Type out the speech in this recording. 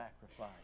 sacrifice